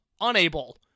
unable